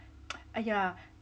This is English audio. !aiya!